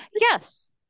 Yes